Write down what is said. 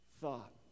thought